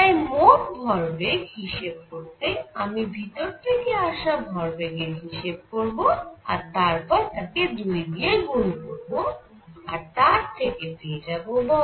তাই মোট ভরবেগ হিসেব করতে আমি ভিতর দিকে আসা ভরবেগের হিসেব করব আর তারপর তাকে 2 দিয়ে গুন করব আর তার থেকে পেয়ে যাবো বল